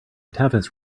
tavis